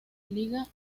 liga